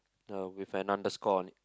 uh with an underscore on it